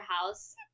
house